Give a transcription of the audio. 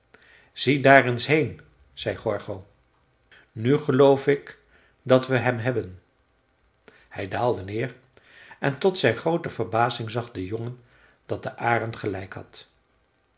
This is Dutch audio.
zie daar eens heen zei gorgo nu geloof ik dat we hem hebben hij daalde neer en tot zijn groote verbazing zag de jongen dat de arend gelijk had